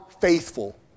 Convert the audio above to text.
faithful